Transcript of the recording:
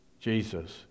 Jesus